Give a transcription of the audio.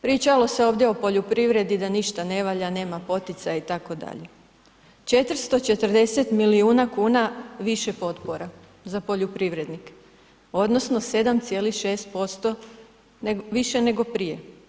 Pričalo se ovdje o poljoprivredi, da ništa ne valja, nema poticaja itd. 440 milijuna kuna više potpora za poljoprivrednike odnosno 7,6% više nego prije.